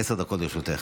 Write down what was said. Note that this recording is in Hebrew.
עשר דקות לרשותך.